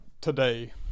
today